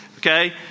Okay